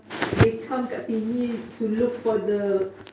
they come kat sini to look for the